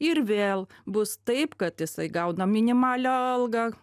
ir vėl bus taip kad jisai gauna minimalią algą